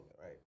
right